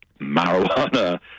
marijuana